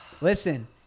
Listen